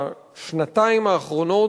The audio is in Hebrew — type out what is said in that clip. בשנתיים האחרונות,